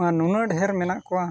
ᱟᱨ ᱱᱩᱱᱟᱹᱜ ᱰᱷᱮᱨ ᱢᱮᱱᱟᱜ ᱠᱚᱣᱟ